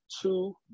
two